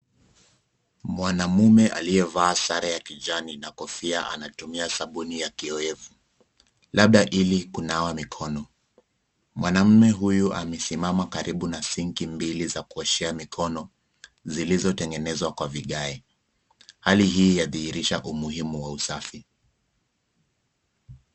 Mwanamume aliyevaa Sare ya kijani na kofia anatumia sabuni ya kiyowevu, labda ili kunawa mikono, mwanamume huyu amesimama karibu na sinki mbili za kuoshea mikono zilizotegenezwa kwa vigae, hali hii ya thihirisha umuhimu wa usafi.